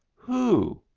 who?